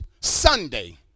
Sunday